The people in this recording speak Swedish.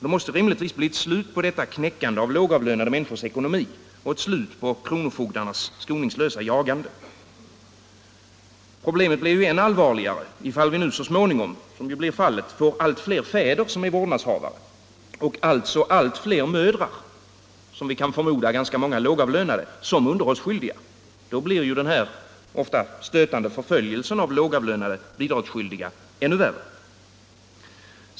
Det måste rimligtvis bli ett slut på detta knäckande av lågavlönade människors ekonomi och ett slut på kronofogdarnas skoningslösa jagande. Problemet blir än allvarligare när vi så småningom, vilket ju blir fallet, får allt fler fäder som är vårdnadshavare och allt fler mödrar, av vilka vi kan förmoda ganska många är lågavlönade, som är underhållsskyldiga. Då blir denna ofta stötande förföljelse av lågavlönade bidragsskyldiga ännu värre.